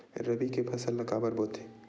रबी के फसल ला काबर बोथे?